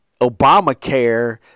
Obamacare